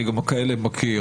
אני גם כאלה מכיר.